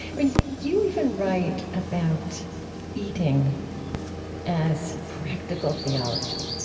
i mean, you even write about eating as practical theology.